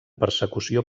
persecució